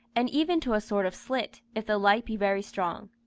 and even to a sort of slit, if the light be very strong.